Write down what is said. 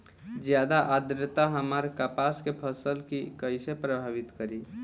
ज्यादा आद्रता हमार कपास के फसल कि कइसे प्रभावित करी?